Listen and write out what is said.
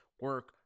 Work